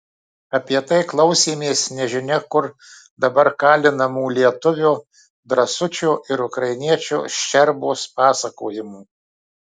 apie tai klausėmės nežinia kur dabar kalinamų lietuvio drąsučio ir ukrainiečio ščerbos pasakojimų